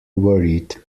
worried